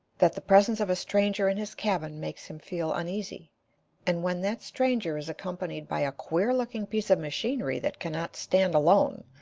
that the presence of a stranger in his cabin makes him feel uneasy and when that stranger is accompanied by a queer-looking piece of machinery that cannot stand alone,